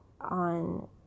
on